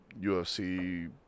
UFC